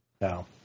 No